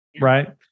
right